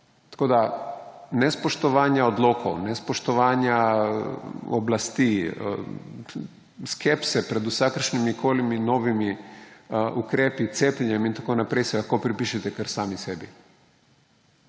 vodilo. Nespoštovanje odlokov, nespoštovanje oblasti, skepse pred vsakršnimi novimi ukrepi, cepljenjem in tako naprej si lahko pripišete kar sami sebi